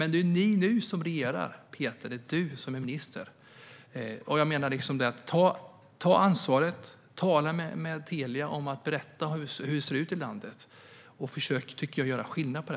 Men det är ni som nu regerar, och det är du som är minister. Ta ansvar och tala med Telia och berätta hur det ser ut i landet. Försök på detta sätt att göra skillnad.